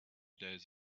days